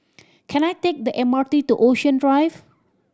can I take the M R T to Ocean Drive